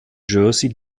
jersey